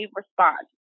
respond